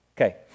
Okay